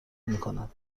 میکند